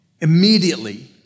immediately